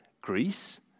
Greece